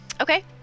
Okay